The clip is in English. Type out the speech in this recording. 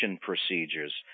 procedures